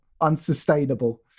unsustainable